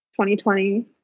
2020